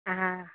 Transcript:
हा